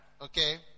Okay